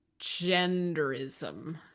genderism